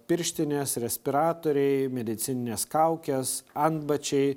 pirštinės respiratoriai medicininės kaukės antbačiai